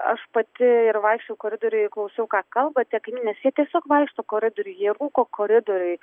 aš pati ir vaikščiojau koridoriuje klausau ką kalba tie kaimynai nes jie tiesiog vaikšto koridoriuj jie rūko koridoriuj